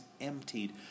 emptied